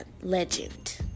Legend